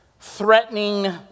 threatening